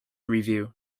review